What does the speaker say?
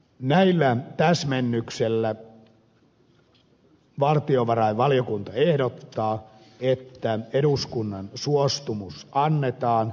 näillä täsmennyksillä valtiovarainvaliokunta ehdottaa että eduskunnan suostumus annetaan